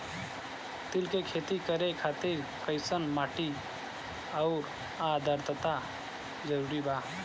तिल के खेती करे खातिर कइसन माटी आउर आद्रता जरूरी बा?